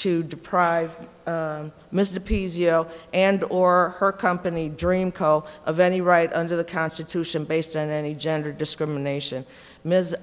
to deprive mr and or her company dream call of any right under the constitution based on any gender discrimination ms